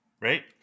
right